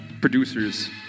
producers